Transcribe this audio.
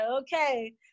okay